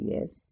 Yes